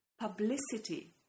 publicity